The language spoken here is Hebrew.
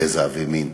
גזע ומין.